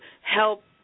help